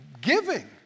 giving